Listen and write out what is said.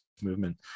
movement